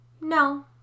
No